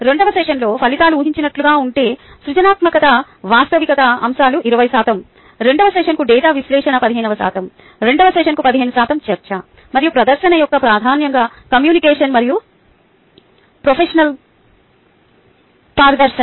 రెండవ సెషన్లో ఫలితాలు ఊహించినట్లుగా ఉంటే సృజనాత్మకత వాస్తవికత అంశాలు 20 శాతం రెండవ సెషన్కు డేటా విశ్లేషణ 15 శాతం రెండవ సెషన్కు 15 శాతం చర్చ మరియు ప్రదర్శన యొక్క ప్రధానంగా కమ్యూనికేషన్ మరియు ప్రొఫెషనల్ ప్రదర్శన